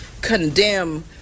condemn